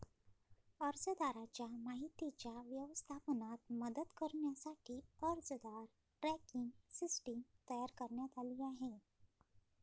अर्जदाराच्या माहितीच्या व्यवस्थापनात मदत करण्यासाठी अर्जदार ट्रॅकिंग सिस्टीम तयार करण्यात आली आहे